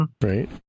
right